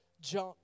junk